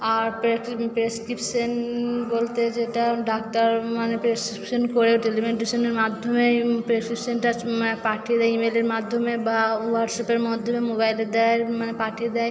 আর prescription বলতে যেটা doctor মানে প্রেসক্রিপশন করে টেলিমেডিসিনের মাধ্যমেই প্রেসক্রিপশনটা পাঠিয়ে দেয় ইমেলের মাধ্যমে বা হোয়াটসঅ্যাপের মাধ্যমে মোবাইলে দেয় মানে পাঠিয়ে দেয়